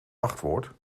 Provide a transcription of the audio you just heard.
wachtwoord